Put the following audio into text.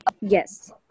Yes